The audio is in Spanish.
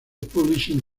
publishing